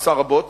עושה רבות,